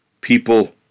people